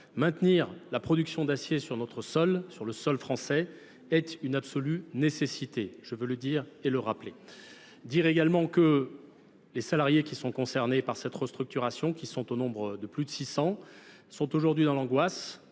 maintenir la production d'acier sur notre sol, sur le sol français est une absolue nécessité, je veux le dire et le rappeler. Dire également que Les salariés qui sont concernés par cette restructuration, qui sont au nombre de plus de 600, sont aujourd'hui dans l'angoisse,